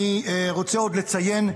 אני רוצה עוד לציין,